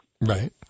Right